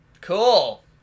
Cool